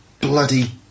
bloody